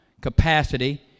capacity